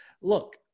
look